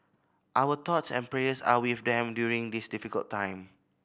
our thoughts and prayers are with them during this difficult time